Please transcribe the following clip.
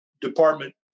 department